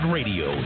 Radio